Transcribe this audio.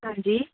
ਹਾਂਜੀ